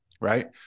right